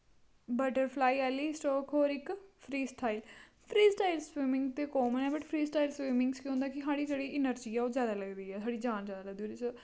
butterfly आह्ली stroke और इक free style free style swimming ते कामन ऐ बट फ्री स्टाइल स्विमिंग च केह् होंदा कि साढ़ी जेह्ड़ी एनर्जी ऐ ओह् जैदा लगदी ऐ साढ़ी जान जैदा लगदी ऐ ओह्दे च